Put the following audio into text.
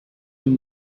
were